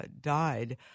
died